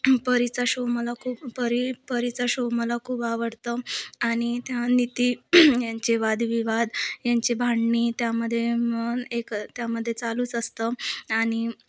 परीचा show मला खूप परी परीचा शो मला खूप आवडतं आणि त्या नीती यांचे वादविवाद यांची भांडणं त्यामध्ये मग एक त्यामध्ये चालूच असतं आणि